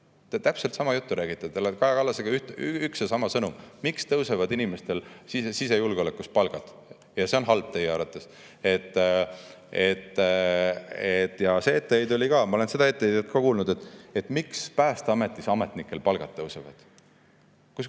täpselt sama juttu räägite. Teil on Kaja Kallasega üks ja sama sõnum: miks tõusevad inimestel sisejulgeolekus palgad? See on teie arvates halb. See etteheide oli ka, ma olen seda etteheidet ka kuulnud, et miks Päästeametis ametnikel palgad tõusevad. Kuidas